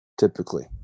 Typically